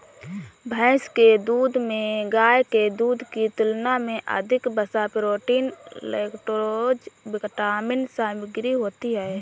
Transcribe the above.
भैंस के दूध में गाय के दूध की तुलना में अधिक वसा, प्रोटीन, लैक्टोज विटामिन सामग्री होती है